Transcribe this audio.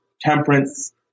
temperance